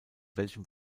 welchem